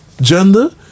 Gender